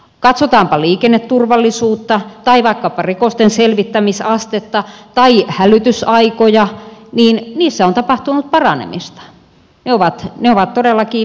katsotaanpa liikenneturvallisuutta tai vaikkapa rikosten selvittämisastetta tai hälytysaikoja niin niissä on tapahtunut paranemista ne ovat todellakin menneet eteenpäin